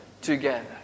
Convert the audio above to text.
together